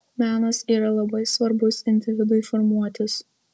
menas yra labai svarbus individui formuotis